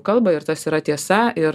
kalbą ir tas yra tiesa ir